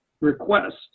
request